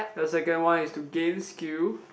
the second one is to gain skill